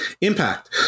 Impact